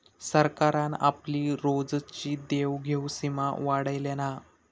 सरकारान आपली रोजची देवघेव सीमा वाढयल्यान हा